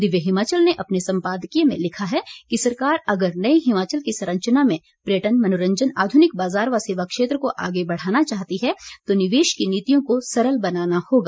दिव्य हिमाचल ने अपने सम्पादकीय में लिखा है कि सरकार अगर नए हिमाचल की संरचना में पर्यटन मनोरंजन आधुनिक बाजार व सेवा क्षेत्र को आगे बढ़ाना चाहती है तो निवेश की नीतियों को सरल बनाना होगा